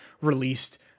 released